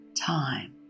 time